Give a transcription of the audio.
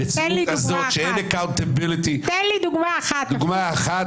המציאות הזאת שאין אחריותיות --- תן לי דוגמה אחת.